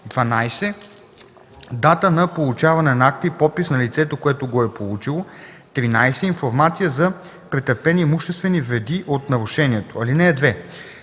12. дата на получаване на акта и подпис на лицето, което го е получило; 13. информация за претърпени имуществени вреди от нарушението. (2)